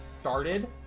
started